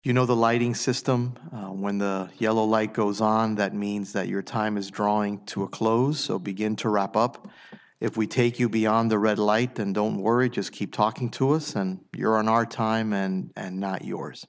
you know the lighting system when the yellow like goes on that means that your time is drawing to a close so begin to wrap up if we take you beyond the red light and don't worry just keep talking to us and you're on our time and not yours